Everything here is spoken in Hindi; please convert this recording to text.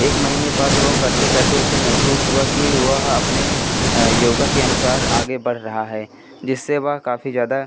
एक महीने बाद वो करते करते उसे महसूस हुआ कि वह अपने योग के अनुसार आगे बढ़ रहा है जिससे वह काफ़ी ज़्यादा